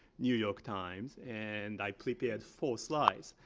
new york times. and i prepared four slides.